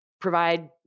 Provide